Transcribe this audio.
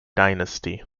dynasty